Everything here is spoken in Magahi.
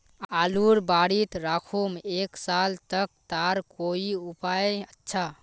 आलूर बारित राखुम एक साल तक तार कोई उपाय अच्छा?